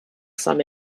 some